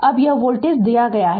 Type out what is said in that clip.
अब यह वोल्टेज दिया गया है